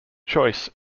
choice